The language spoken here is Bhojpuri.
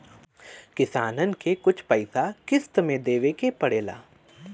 किसानन के कुछ पइसा किश्त मे देवे के पड़ेला